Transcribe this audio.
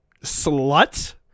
slut